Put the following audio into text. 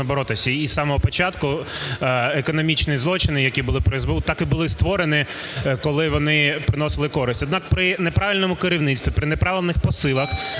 І з самого початку економічні злочини, які були при СБУ, так і були створені, коли вони приносили користь. Однак, при неправильному керівництві, при неправильних посилах